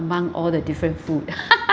among all the different food